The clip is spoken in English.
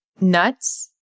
nuts